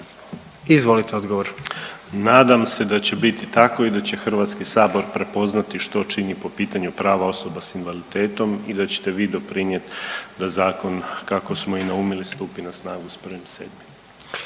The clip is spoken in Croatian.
Marin (HDZ)** Nadam se da će biti i ta će HS prepoznati što čini po pitanju prava osoba s invaliditetom i da ćete vi doprinijet da zakon kako smo i naumili stupi na snagu s 1.7.